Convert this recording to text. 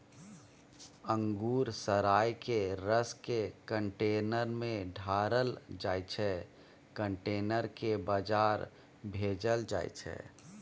अंगुर सराए केँ रसकेँ कंटेनर मे ढारल जाइ छै कंटेनर केँ बजार भेजल जाइ छै